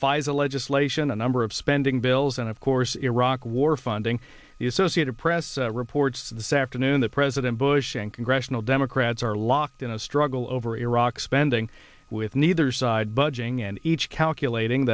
pfizer legislation a number of spending bills and of course iraq war funding the associated press reports the saffron in the president bush and congressional democrats are locked in a struggle over iraq spending with neither side budging and each calculating